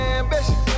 ambition